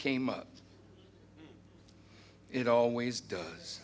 came up it always does